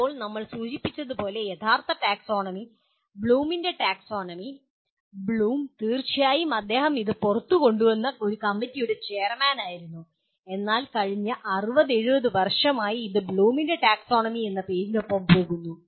ഇപ്പോൾ നമ്മൾ സൂചിപ്പിച്ചതുപോലെ യഥാർത്ഥ ടാക്സോണമി ബ്ലൂമിന്റെ ടാക്സോണമി ബ്ലൂം തീർച്ചയായും അദ്ദേഹം ഇത് പുറത്തുകൊണ്ടുവന്ന ഒരു കമ്മിറ്റിയുടെ ചെയർമാനായിരുന്നു എന്നാൽ കഴിഞ്ഞ 60 70 വർഷമായി ഇത് ബ്ലൂമിന്റെ ടാക്സോണമി എന്ന പേരിനൊപ്പം പോകുന്നു